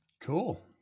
Cool